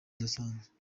adasanzwe